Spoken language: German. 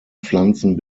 pflanzen